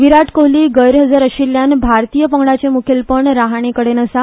विराट कोहली गैरहजर आशिल्ल्यान भारतीय पंगडाचे मुखेलपण रहाणे कडेन आसा